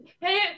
Hey